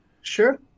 Sure